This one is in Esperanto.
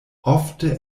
ofte